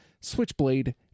Switchblade